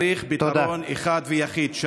צריך פתרון אחד ויחיד, תודה.